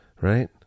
right